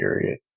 period